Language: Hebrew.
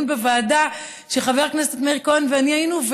בוועדה שבה חבר הכנסת מאיר כהן ואני היינו,